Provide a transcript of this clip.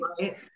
Right